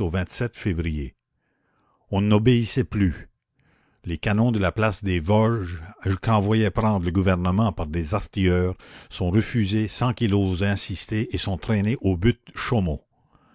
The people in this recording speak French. au février on n'obéissait plus les canons de la place des vosges qu'envoyait prendre le gouvernement par des artilleurs sont refusés sans qu'ils osent insister et sont traînés aux buttes chaumont